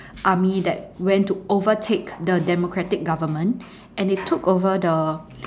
army that went to overtake the democratic government and they took over the